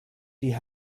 die